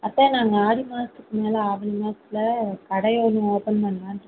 அத்தை நாங்கள் ஆடி மாதத்துக்கு மேலே ஆவணி மாதத்துல கடையை ஒன்று ஓபன் பண்ணலான் இருக்கிறோம்